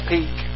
Peak